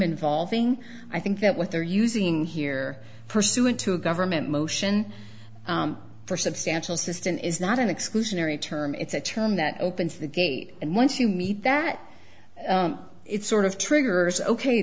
involving i think that what they're using here pursuant to a government motion for substantial system is not an exclusionary term it's a term that opens the gate and once you meet that it sort of triggers ok